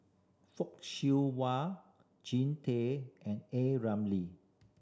Fock Siew Wah Jean Tay and A Ramli